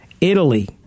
Italy